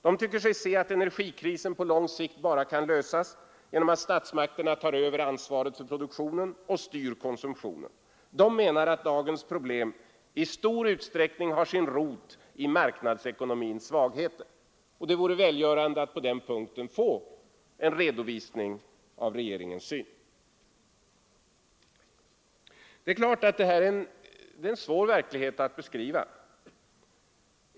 De tycker sig se att energikrisen på lång sikt bara kan lösas genom att statsmakterna tar över ansvaret för produktionen och styr konsumtionen. De menar att dagens problem i stor utsträckning har sin rot i marknadsekonomins svagheter. Det vore välgörande att på den punkten få en redovisning av regeringens syn. Det är klart att vi har en svår verklighet att beskriva.